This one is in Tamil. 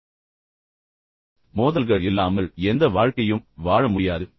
இதைப் பாருங்கள் மோதல்கள் இல்லாமல் எந்த வாழ்க்கையும் வாழ முடியாது